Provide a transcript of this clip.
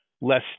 less